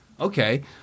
Okay